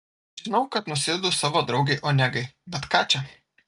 žinau kad nusidedu savo draugei onegai bet ką čia